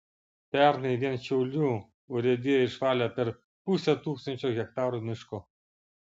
pernai vien šiaulių urėdija išvalė per pusę tūkstančio hektarų miško